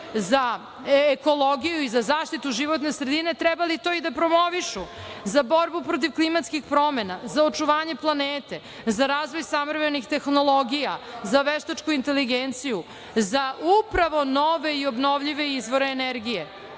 za ekologiju i zaštitu životne sredine trebali to da promovišu, za borbu protiv klimatskih promena, za očuvanje planete, za razvoj savremenih tehnologija, za veštačku inteligenciju, za upravo nove i obnovljive izvore energije.